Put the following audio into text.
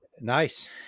Nice